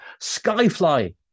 Skyfly